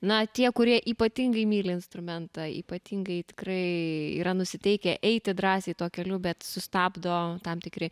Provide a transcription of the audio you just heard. na tie kurie ypatingai myli instrumentą ypatingai tikrai yra nusiteikę eiti drąsiai tuo keliu bet sustabdo tam tikri